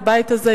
בבית הזה,